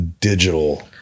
digital